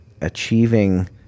achieving